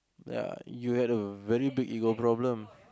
ya you had a very big ego problem